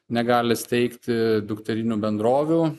negali steigti dukterinių bendrovių